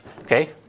Okay